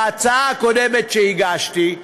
בהצעה הקודמת שהגשתי,